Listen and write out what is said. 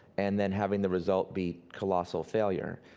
and then having the result be colossal failure.